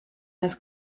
las